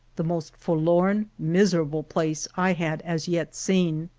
the most forlorn, miserable place i had as yet seen.